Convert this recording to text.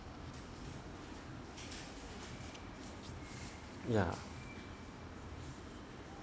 yeah